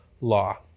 law